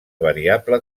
variable